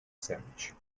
sandwich